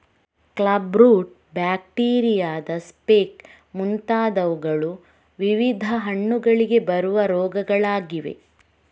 club root, ಬ್ಯಾಕ್ಟೀರಿಯಾದ speck ಮುಂತಾದವುಗಳು ವಿವಿಧ ಹಣ್ಣುಗಳಿಗೆ ಬರುವ ರೋಗಗಳಾಗಿವೆ